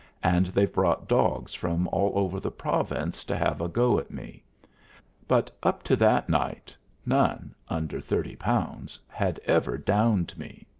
and they've brought dogs from all over the province to have a go at me but up to that night none, under thirty pounds, had ever downed me.